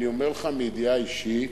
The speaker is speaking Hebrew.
אני אומר לך מידיעה אישית,